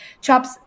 chops